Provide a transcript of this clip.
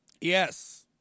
Yes